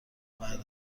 بعد